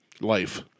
life